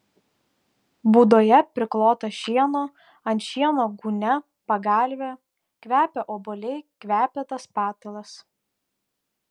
būdoje priklota šieno ant šieno gūnia pagalvė kvepia obuoliai kvepia tas patalas